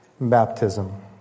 Baptism